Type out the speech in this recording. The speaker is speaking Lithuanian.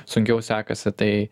sunkiau sekasi tai